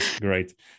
great